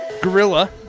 Gorilla